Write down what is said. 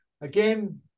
Again